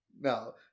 No